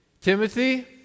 Timothy